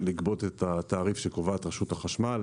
לגבות את התעריף שקובעת רשות החשמל,